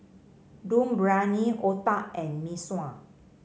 Dum Briyani otah and Mee Sua